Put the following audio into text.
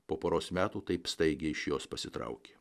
po poros metų taip staigiai iš jos pasitraukė